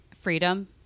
Freedom